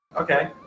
Okay